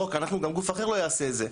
זה לא רק אנחנו, גם גוף אחר לא יעשה את זה.